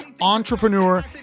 Entrepreneur